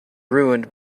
ruined